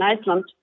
Iceland